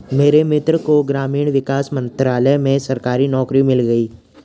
मेरे मित्र को ग्रामीण विकास मंत्रालय में सरकारी नौकरी मिल गई